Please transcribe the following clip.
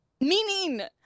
Meaning